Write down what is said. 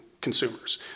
consumers